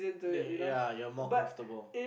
then you ya you're more comfortable